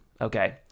okay